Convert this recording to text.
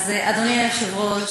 אדוני היושב-ראש,